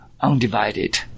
undivided